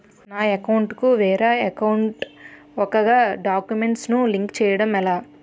నా అకౌంట్ కు వేరే అకౌంట్ ఒక గడాక్యుమెంట్స్ ను లింక్ చేయడం ఎలా?